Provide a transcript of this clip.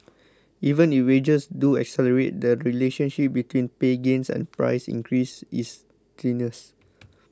even if wages do accelerate the relationship between pay gains and price increases is tenuous